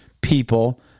people